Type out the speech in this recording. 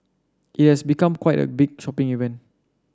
it has become quite a big shopping event